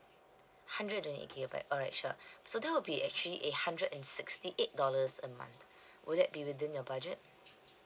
hundred twenty eight gigabyte alright sure so that will be actually a hundred and sixty eight dollars a month would that be within your budget